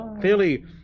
clearly